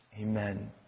Amen